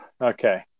Okay